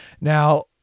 Now